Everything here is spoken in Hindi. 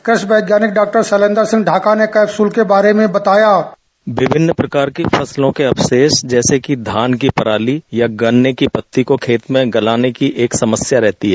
कृषि वैज्ञानिक डॉक्टर शैलेन्द्र सिंह ढाका ने कैप्सूल के बारे में बताया विभिन्न प्रकार की फसलों के अवशेष जैसे कि धान की पराली या गन्ने की पत्ती को खेत में गलाने की एक समस्या रहती है